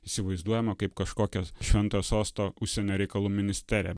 įsivaizduojama kaip kažkokios šventojo sosto užsienio reikalų ministerija